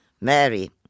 Mary